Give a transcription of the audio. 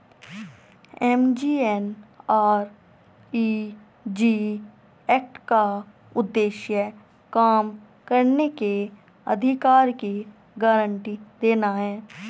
MGNREG act का उद्देश्य काम करने के अधिकार की गारंटी देना है